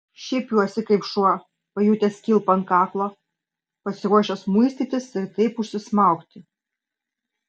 šiepiuosi kaip šuo pajutęs kilpą ant kaklo pasiruošęs muistytis ir taip užsismaugti